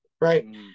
right